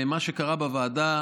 מה שקרה בוועדה,